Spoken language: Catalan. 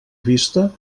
vista